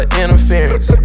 interference